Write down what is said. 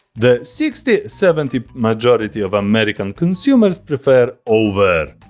the sixty seventy majority of american consumers prefer. over.